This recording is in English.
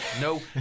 No